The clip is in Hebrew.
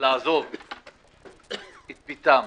לעזוב את ביתם,